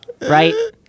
Right